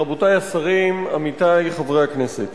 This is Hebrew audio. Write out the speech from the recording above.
תודה רבה, רבותי השרים, עמיתי חברי הכנסת,